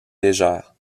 légère